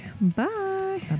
Bye